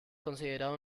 considerada